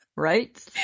right